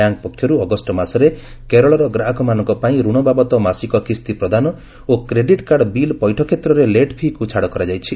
bank ପକ୍ଷରୁ August Kerala ଗ୍ରାହକମାନଙ୍କ ପାଇଁ ଋଣ ବାବଦ ମାସିକ କିସ୍ତି ପ୍ରଦାନ ଓ କ୍ରେଡିଟ କାର୍ଡ ବିଲ୍ ପୈଠ କ୍ଷେତ୍ରରେ ଲେଟ୍ ଫିକ୍ ଛାଡ କରାଯାଇଛି